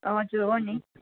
हजुर हो नि